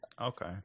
Okay